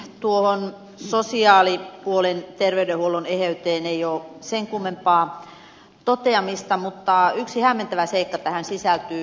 tuohon sosiaalipuolen terveydenhuollon eheyteen ei ole sen kummempaa toteamista mutta yksi hämmentävä seikka tähän sisältyy